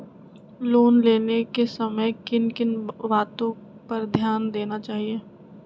Loan लेने के समय किन किन वातो पर ध्यान देना चाहिए?